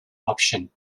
option